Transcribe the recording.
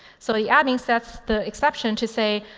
so the admin sets the exception to say,